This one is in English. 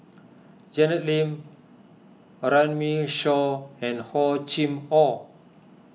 Janet Lim Runme Shaw and Hor Chim or